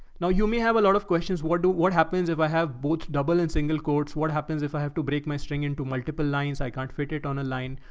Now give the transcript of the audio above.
now you may have a lot of questions. what do, what happens if i have both double and single coats? what happens if i have to break my string into multiple lines, i can't fit it on a line.